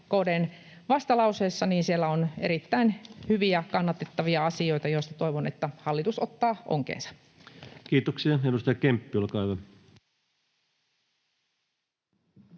KD:n vastalauseessa on erittäin hyviä, kannatettavia asioita, joista toivon, että hallitus ottaa onkeensa. Kiitoksia. — Edustaja Kemppi, olkaa hyvä.